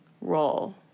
role